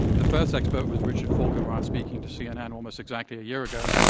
the first expert was richard falkenrath speaking to cnn almost exactly a year ago.